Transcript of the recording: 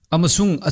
Amasung